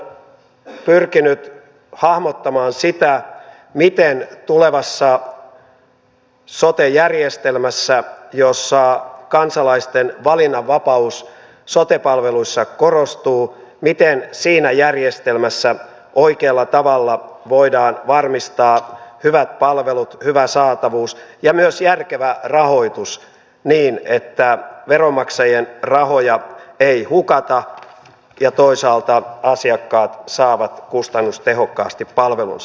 sitra on pyrkinyt hahmottamaan sitä miten tulevassa sote järjestelmässä jossa kansalaisten valinnanvapaus sote palveluissa korostuu oikealla tavalla voidaan varmistaa hyvät palvelut hyvä saatavuus ja myös järkevä rahoitus niin että veronmaksajien rahoja ei hukata ja toisaalta asiakkaat saavat kustannustehokkaasti palvelunsa